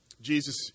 Jesus